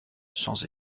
sans